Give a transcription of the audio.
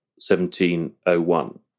1701